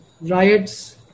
riots